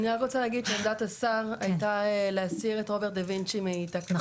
אני רק רוצה להגיד שעמדת השר הייתה להסיר את רובוט דה וינצ'י מהתקנות.